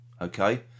Okay